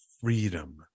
freedom